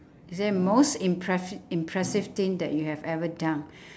is there most impress~ impressive thing that you have ever done